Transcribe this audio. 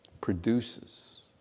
produces